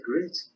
great